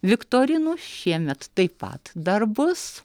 viktorinų šiemet taip pat dar bus